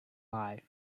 life